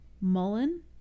Mullen